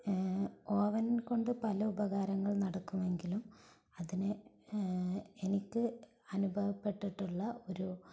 oven കൊണ്ട് പല ഉപകാരങ്ങളും നടക്കുമെങ്കിലും അതിന് എനിക്ക് അനുഭവപ്പെട്ടിട്ടുള്ള ഒരു